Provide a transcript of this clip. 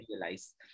realize